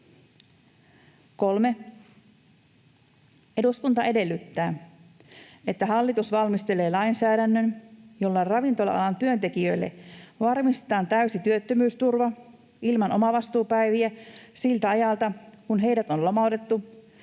3. Eduskunta edellyttää, että hallitus valmistelee lainsäädännön, jolla ravintola-alan työntekijöille varmistetaan täysi työttömyysturva ilman omavastuupäiviä siltä ajalta, kun heidät on lomautettu